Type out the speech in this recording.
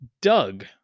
Doug